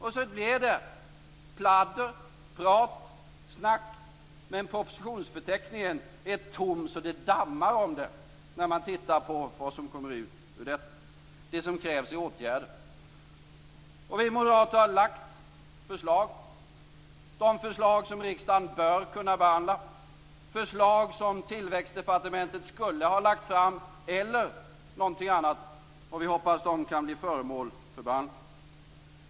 Och så blir det pladder, prat, snack. Men propositionsförteckningen är tom så det dammar om det när man tittar på vad som kommer ut ur detta. Det som krävs är åtgärder. Vi moderater har lagt fram förslag som riksdagen bör kunna behandla - förslag som tillväxtdepartementet skulle ha lagt fram, eller någonting annat. Vi hoppas att de kan bli föremål för behandling.